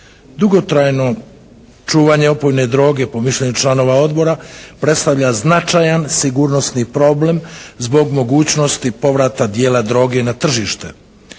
Dugotrajno čuvanje opojne droge po mišljenju članova Odbora, predstavlja značajan sigurnosni problem zbog mogućnosti povrata dijela droge na tržište.